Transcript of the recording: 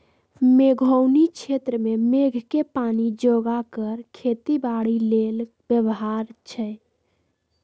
मेघोउनी क्षेत्र में मेघके पानी जोगा कऽ खेती बाड़ी लेल व्यव्हार छै